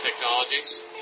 Technologies